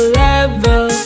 level